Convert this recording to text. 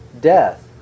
death